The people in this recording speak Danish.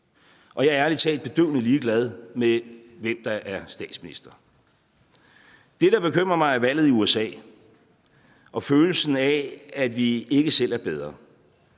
ærlig talt bedøvende ligeglad med, hvem der er statsminister. Det, der bekymrer mig, er valget i USA og følelsen af, at vi ikke selv er bedre.